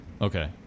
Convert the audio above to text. Okay